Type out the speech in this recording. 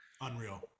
Unreal